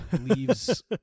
leaves